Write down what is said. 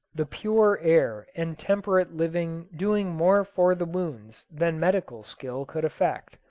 the pure air and temperate living doing more for the wounds than medical skill could effect.